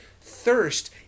thirst